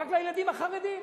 רק לילדים החרדים,